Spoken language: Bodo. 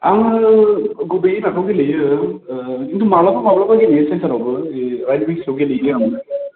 आङो गुबैयै माबायाव गेलेयो माब्लाबा माब्लाबा गेलेयो सेनटारावबो राइट विंसावबो गेलेयो आं